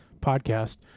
podcast